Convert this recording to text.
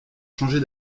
changer